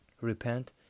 Repent